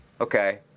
Okay